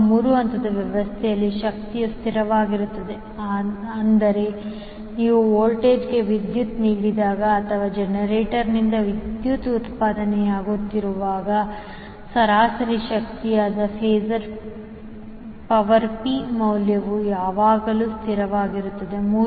ಈಗ 3 ಹಂತದ ವ್ಯವಸ್ಥೆಯಲ್ಲಿನ ಶಕ್ತಿಯು ಸ್ಥಿರವಾಗಿರುತ್ತದೆ ಅಂದರೆ ನೀವು ವೋಲ್ಟೇಜ್ಗೆ ವಿದ್ಯುತ್ ನೀಡಿದಾಗ ಅಥವಾ ಜನರೇಟರ್ನಿಂದ ವಿದ್ಯುತ್ ಉತ್ಪಾದನೆಯಾಗುತ್ತಿರುವಾಗ ಸರಾಸರಿ ಶಕ್ತಿಯಾದ ಪವರ್ ಪಿ ಮೌಲ್ಯವು ಯಾವಾಗಲೂ ಸ್ಥಿರವಾಗಿರುತ್ತದೆ